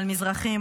על מזרחים,